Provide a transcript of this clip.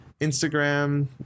Instagram